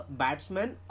batsman